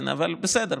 אבל בסדר,